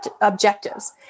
objectives